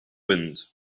wind